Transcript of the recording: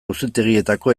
auzitegietako